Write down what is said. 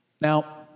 Now